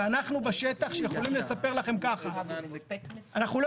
ואנחנו בשטח שיכולים לספר לכם ככה: אנחנו לא